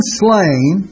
slain